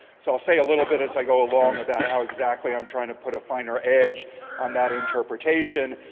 so i'll say a little bit as i go along about how exactly i'm trying to put a finer edge on that interpretation.